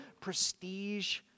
prestige